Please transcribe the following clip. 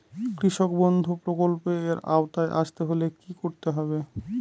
কৃষকবন্ধু প্রকল্প এর আওতায় আসতে হলে কি করতে হবে?